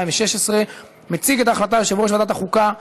התשע"ו 2016. מציג את ההחלטה יושב-ראש ועדת החוקה,